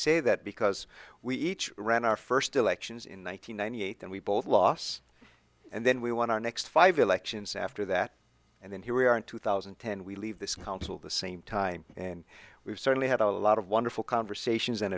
say that because we each ran our first elections in one thousand nine hundred eight and we both loss and then we want our next five elections after that and then here we are in two thousand and ten we leave this council the same time and we've certainly had a lot of wonderful conversations and